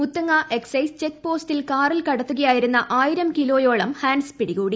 Muthanga excise check പോസ്റ്റിൽ കാറിൽ കടത്തുകയായിരുന്ന ആയിരം കിലോയോളം ഹാൻസ് പിടികൂടി